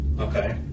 Okay